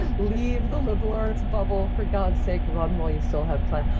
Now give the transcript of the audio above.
and leave the liberal arts bubble, for god's sake. run while you still have time,